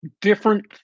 different